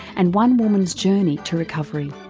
and one woman's journey to recovery.